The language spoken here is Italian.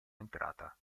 entrata